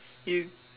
you